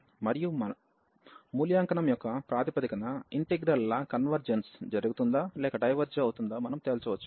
మరియు మూల్యాంకనం యొక్క ప్రాతిపదికన ఇంటిగ్రల్ ల కన్వర్జెన్స్ జరుగుతుందా లేక డైవెర్జ్ అవుతుందా మనం తేల్చవచ్చు